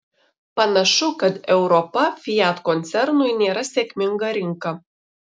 panašu kad europa fiat koncernui nėra sėkminga rinka